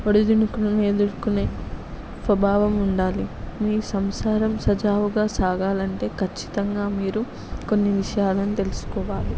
ఒడిదొడుకులను ఎదురుకునే స్వభావం ఉండాలి నీ సంసారం సజావుగా సాగాలంటే ఖచ్చితంగా మీరు కొన్ని విషయాలను తెలుసుకోవాలి